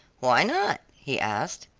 why not? he asked.